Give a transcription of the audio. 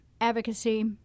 advocacy